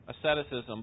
asceticism